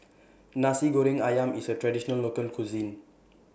Nasi Goreng Ayam IS A Traditional Local Cuisine